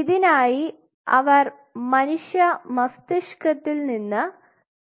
ഇതിനായി അവർ മനുഷ്യ മസ്തിഷ്കത്തിൽ നിന്ന്